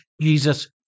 Jesus